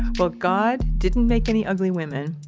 but god didn't make any ugly women,